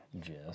Jess